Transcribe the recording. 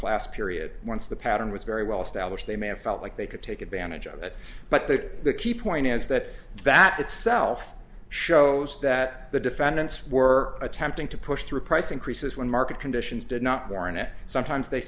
class period once the pattern was very well established they may have felt like they could take advantage of it but the key point is that that itself shows that the defendants were attempting to push through price increases when market conditions did not barnett sometimes they